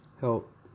help